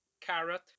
Carrot